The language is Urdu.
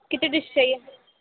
کتنے ڈش چاہیے